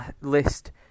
list